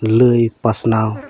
ᱞᱟᱹᱭ ᱯᱟᱥᱱᱟᱣ